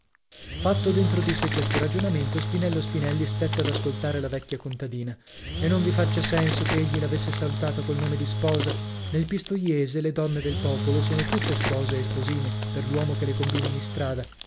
fatto dentro di sè questo ragionamento spinello spinelli stette ad ascoltare la vecchia contadina e non vi faccia senso che egli l'avesse salutata col nome di sposa nel pistoiese le donne del popolo sono tutte spose o sposine per l'uomo che le combina in istrada